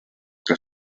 que